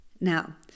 Now